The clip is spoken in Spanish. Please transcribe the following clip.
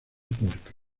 públicas